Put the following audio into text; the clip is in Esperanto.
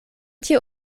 tiu